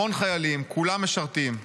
המון חיילים, כולם משרתים,